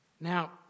Now